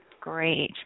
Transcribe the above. Great